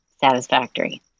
satisfactory